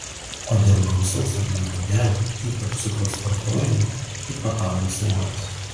o dėl gausaus angliavandenių ypač cukraus vartojimo taip pat auga svoris